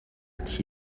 thi